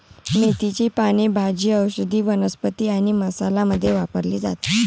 मेथीची पाने भाजी, औषधी वनस्पती आणि मसाला मध्ये वापरली जातात